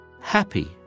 Happy